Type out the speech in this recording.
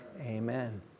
amen